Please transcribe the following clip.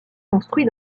construit